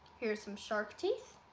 here's some shark teeth.